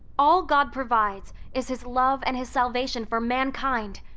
all god provides is his love and his salvation for mankind!